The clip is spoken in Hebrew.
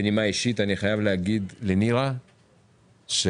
בנימה אישית, אני חייב להגיד לנירה שבלעדייך